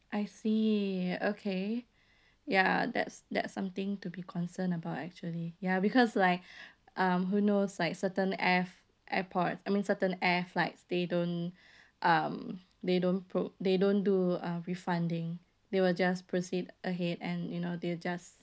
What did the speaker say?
I see okay ya that's that's something to be concerned about actually ya because like um who knows like certain air~ airport I mean certain air flight they don't um they don't pro~ they don't do uh refunding they will just proceed ahead and you know they'll just